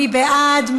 מי בעד?